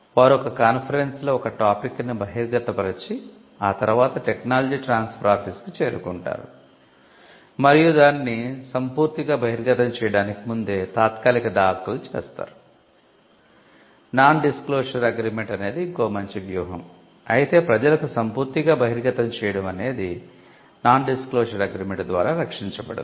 వారు ఒక కాన్ఫరెన్స్ లో ఒక టాపిక్ ను బహిర్గత పరచి ఆ తర్వాత టెక్నాలజీ ట్రాన్స్ఫర్ ఆఫీస్ ద్వారా రక్షించబడదు